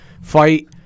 fight –